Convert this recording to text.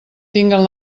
tinguen